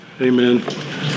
Amen